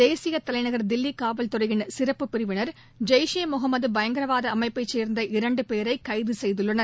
தேசியதலைநகர் தில்லிகாவல்துறையின் பிரிவின் ஜெய்ஷே முகமதுபயங்கரவாதஅமைப்பைச் சேர்ந்த இரண்டுபேரைகைதசெய்துள்ளனர்